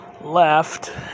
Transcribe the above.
left